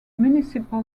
municipal